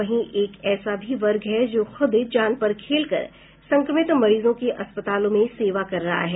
वहीं एक ऐसा भी वर्ग है जो खुद जान पर खेलकर संक्रमित मरीजों की अस्पतालों में सेवा कर रहा है